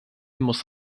muss